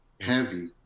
heavy